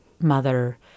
mother